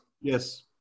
Yes